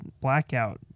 blackout